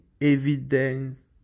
evidence